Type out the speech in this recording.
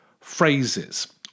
phrases